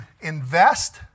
invest